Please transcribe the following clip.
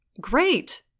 Great